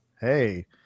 Hey